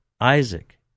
Isaac